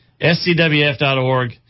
SCWF.org